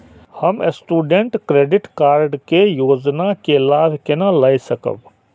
हम student credit card के योजना के लाभ केना लय सकब?